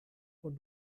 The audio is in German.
von